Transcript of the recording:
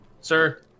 Sir